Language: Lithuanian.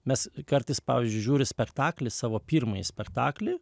mes kartais pavyzdžiui žiūri spektaklį savo pirmąjį spektaklį